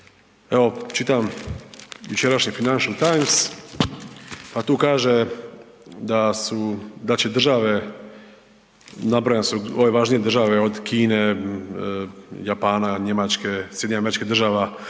Evo, čitam jučerašnji Financial Times, pa tu kaže da su, da će države, napravljene su ove važnije države, od Kine, Japana, Njemačke, SAD-a, UK-a,